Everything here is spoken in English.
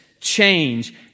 Change